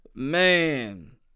Man